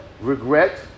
regret